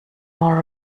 more